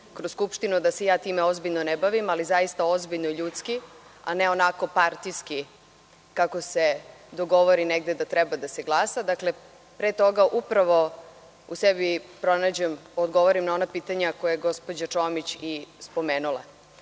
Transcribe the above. da se ja time ozbiljno ne bavim, ali zaista ozbiljno i ljudski, a ne onako partijski kako se dogovori negde da treba da se glasa. Dakle, pre toga upravo u sebi odgovorim na ona pitanja koja je gospođa Čomić i spomenula. Dakle,